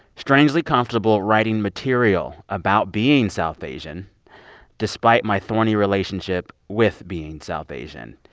strangely comfortable writing material about being south asian despite my thorny relationship with being south asian.